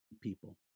people